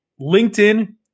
LinkedIn